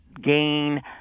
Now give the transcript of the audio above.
gain